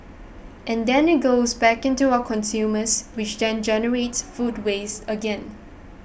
and then it goes back into our consumers which then generates food waste again